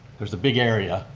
there's a big area,